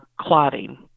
clotting